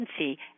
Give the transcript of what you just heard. agency